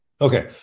Okay